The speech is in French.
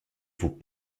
vous